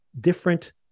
different